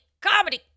comedy